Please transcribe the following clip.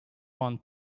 one